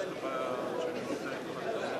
ההצעה להפוך את הצעת חוק